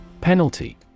Penalty